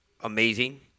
amazing